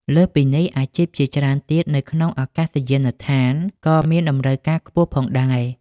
លើសពីនេះ អាជីពជាច្រើនទៀតនៅក្នងអាកាសយានដ្ឋានក៏មានតម្រូវការខ្ពស់ផងដែរ។